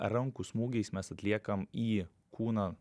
rankų smūgiais mes atliekam į kūną